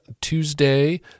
Tuesday